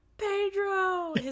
Pedro